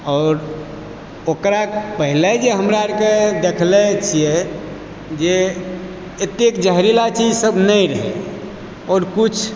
आओर ओकरा पहिले जे हमरा अरके देखले छियै जे एतेक जहरीला चीज सब नहि रहै आओर किछु